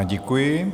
Děkuji.